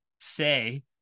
say